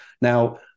now